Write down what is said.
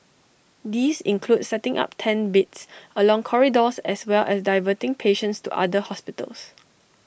these include setting up tent beds along corridors as well as diverting patients to other hospitals